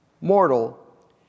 Mortal